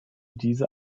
diese